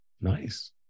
Nice